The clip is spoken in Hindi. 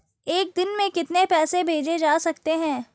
एक दिन में कितने पैसे भेजे जा सकते हैं?